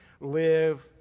Live